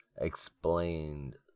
explained